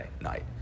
night